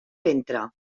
ventre